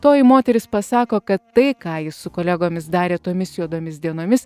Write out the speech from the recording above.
toji moteris pasako kad tai ką jis su kolegomis darė tomis juodomis dienomis